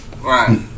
right